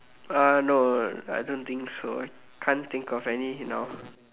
uh no I don't think so I can't think of any now